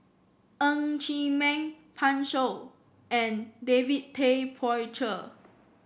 Ng Chee Meng Pan Shou and David Tay Poey Cher